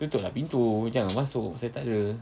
tutup lah pintu jangan masuk masa I tak ada